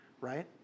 right